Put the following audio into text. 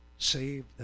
saved